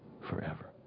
forever